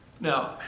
Now